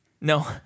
No